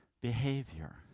behavior